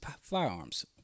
firearms